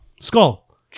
skull